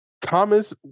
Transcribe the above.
Thomas